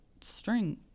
string